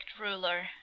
ruler